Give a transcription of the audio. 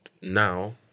now